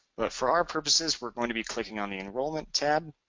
but for our purposes we're going to be clicking on the enrollment tab.